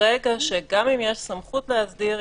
ברגע שגם אם יש סמכות להסדיר,